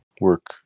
work